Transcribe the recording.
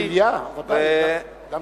על השיליה, בוודאי, דם טבורי.